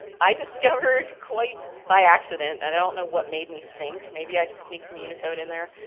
i discovered quite by accident and i don't know what made me think maybe i could snick some unicode in there.